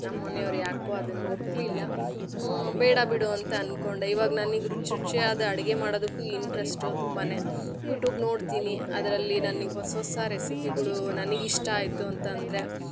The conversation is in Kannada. ನಮ್ಮನೆಯವ್ರು ಯಾಕೋ ಅದನ್ನು ಒಪ್ಪಲಿಲ್ಲ ಬೇಡ ಬಿಡು ಅಂತ ಅಂದ್ಕೊಂಡೆ ಇವಾಗ ನನಗ್ ರುಚಿ ರುಚಿಯಾದ ಅಡುಗೆ ಮಾಡೋದಕ್ಕೂ ಇಂಟ್ರೆಸ್ಟು ತುಂಬಾ ಯುಟ್ಯೂಬ್ ನೋಡ್ತೀನಿ ಅದರಲ್ಲಿ ನನಗ್ ಹೊಸ ಹೊಸ ರೆಸಿಪಿಗಳು ನನಗ್ ಇಷ್ಟ ಆಯಿತು ಅಂತ ಅಂದರೆ